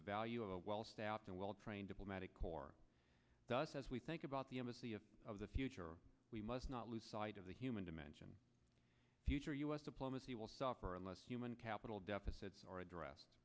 the value of a well staffed and well trained diplomatic corps just as we think about the embassy of of the future we must not lose sight of the human dimension future u s diplomacy will suffer unless human capital deficits are addressed